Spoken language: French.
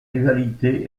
rivalité